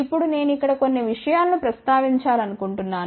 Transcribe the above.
ఇప్పుడు నేను ఇక్కడ కొన్ని విషయాలను ప్రస్తావించాలనుకుంటున్నాను